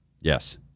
Yes